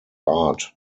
art